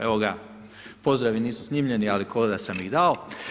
Evo ga, pozdravi nisu snimljeni ali kao da sam ih dao.